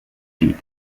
دید